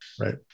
Right